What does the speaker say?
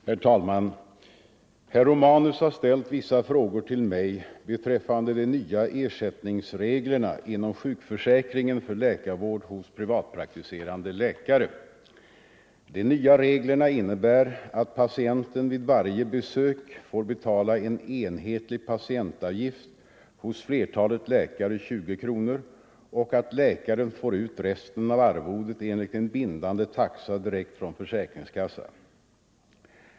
Herr talman! Herr Romanus har ställt vissa frågor till mig beträffande de nya ersättningsreglerna inom sjukförsäkringen för läkarvård hos privatpraktiserande läkare. De nya reglerna innebär att patienten vid varje besök får betala en enhetlig patientavgift — hos flertalet läkare 20 kronor — och att läkaren får ut resten av arvodet enligt en bindande taxa direkt från försäkringskassa.